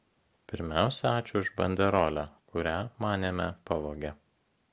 pirmiausia ačiū už banderolę kurią manėme pavogė